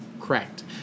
Correct